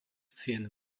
cien